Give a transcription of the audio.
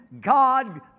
God